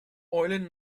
eulen